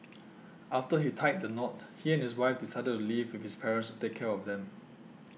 after he tied the knot he and his wife decided to live with his parents to take care of them